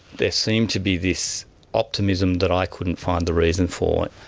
there seemed to be this optimism that i couldn't find the reason for.